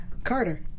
Carter